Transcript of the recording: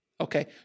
Okay